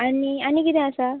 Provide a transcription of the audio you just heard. आनी आनी किदें आसा